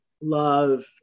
love